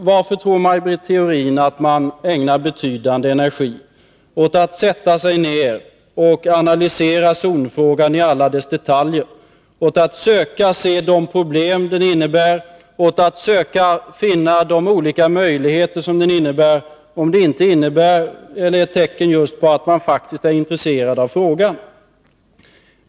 Varför tror Maj Britt Theorin att man ägnar betydande energi åt att sätta sig ner och analysera zonfrågan i alla dess detaljer, söka de problem den innehåller och söka finna de olika möjligheter som den inrymmer? Är det inte ett tecken på att man är intresserad av frågan?